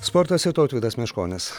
sportas ir tautvydas meškonis